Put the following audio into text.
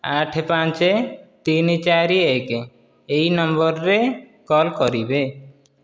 ଆଠ ପାଞ୍ଚ ତିନି ଚାରି ଏକ ଏହି ନମ୍ବରରେ କଲ୍ କରିବେ